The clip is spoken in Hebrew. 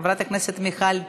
חברת הכנסת מיכל רוזין,